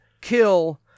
kill